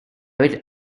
will